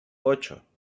ocho